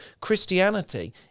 Christianity